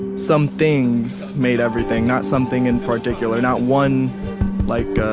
some things made everything, not something in particular, not one like,